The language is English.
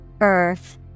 Earth